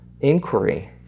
inquiry